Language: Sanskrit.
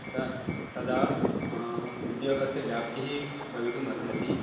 तदा तदा उद्योगस्य व्याप्तिः भवितुम् अर्हति